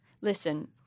listen